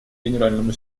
генеральному